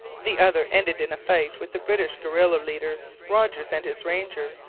the other ended in a fight with the british guerilla leader rogers and his rangers,